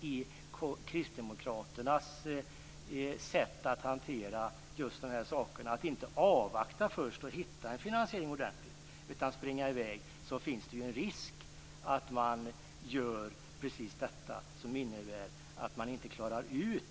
I kristdemokraternas sätt att hantera just de här sakerna, att inte avvakta först och hitta en ordentlig finansiering utan springa i väg, finns det en risk för att man gör precis detta som innebär att man inte klarar ut